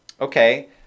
Okay